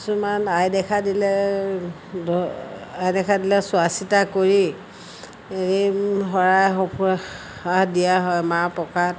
কিছুমান আই দেখা দিলে ধৰ আই দেখা দিলে চোৱা চিতা কৰি শৰাই সঁফুৰা দিয়া হয় মাহ প্ৰসাদ